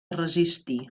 resistir